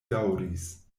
daŭris